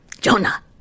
Jonah